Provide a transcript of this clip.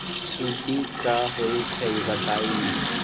सुडी क होई छई बताई?